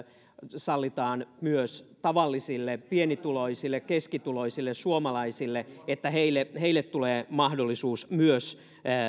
sallitaan myös tavallisille pienituloisille keskituloisille suomalaisille niin että myös heille tulee mahdollisuus